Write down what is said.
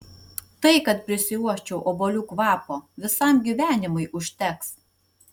tai kad prisiuosčiau obuolių kvapo visam gyvenimui užteks